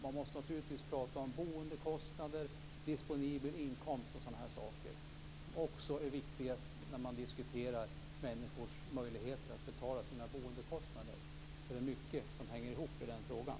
Man måste naturligtvis prata om boendekostnader, disponibel inkomst och sådana saker som också är viktiga när man diskuterar människors möjligheter att betala sina boendekostnader. Det är mycket som hänger ihop i den här frågan.